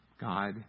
God